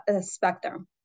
spectrum